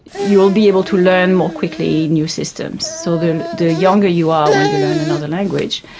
you will be able to learn more quickly new systems. so the the younger you are when you learn another language,